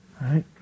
right